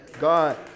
God